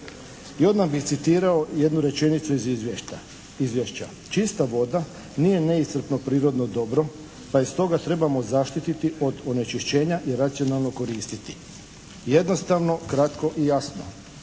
I odmah bi citirao jednu rečenicu iz Izvješća, čista voda nije neiscrpno prirodno dobro pa je stoga trebamo zaštiti od onečišćenja i racionalno koristit. Jednostavno, kratko i jasno